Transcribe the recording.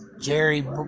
Jerry